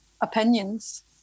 opinions